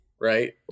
right